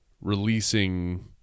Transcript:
releasing